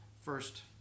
first